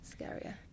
scarier